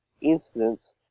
incidents